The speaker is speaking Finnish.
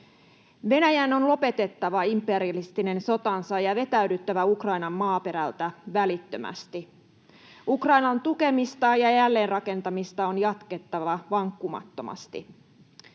Venäjän on lopetettava imperialistinen sotansa ja vetäydyttävä Ukrainan maaperältä välittömästi. Ukrainan tukemista ja jälleenrakentamista on jatkettava vankkumattomasti.